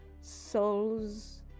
souls